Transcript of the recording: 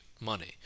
money